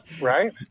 Right